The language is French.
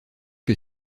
que